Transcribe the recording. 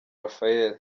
raphael